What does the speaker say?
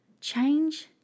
Change